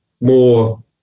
more